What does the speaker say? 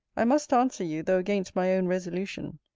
i must answer you, though against my own resolution.